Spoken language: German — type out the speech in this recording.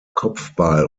kopfball